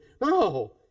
No